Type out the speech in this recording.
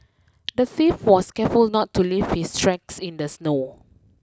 the thief was careful not to leave his tracks in the snow